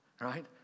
right